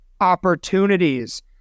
opportunities